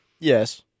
Yes